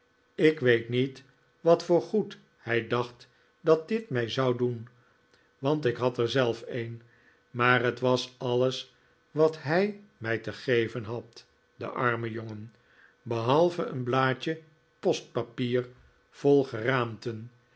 ik weet niet wat voor goed hij dacht dat dit mij zou doen want ik had er zelf een maar het was alles wat hij mij te geven had de arme jongen behalve een blaadje postpapier vol